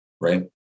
right